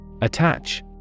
Attach